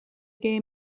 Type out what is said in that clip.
gay